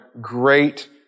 great